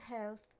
health